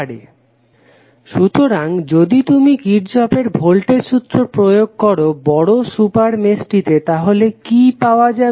Refer Slide Time 2433 সুতরাং যদি তুমি কির্শফের ভোল্টেজ সূত্র প্রয়োগ করো বড় সুপার মেশটিতে তাহলে কি পাওয়া যাবে